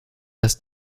das